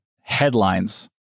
headlines